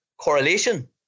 correlation